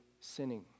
sinning